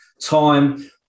time